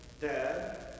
Dad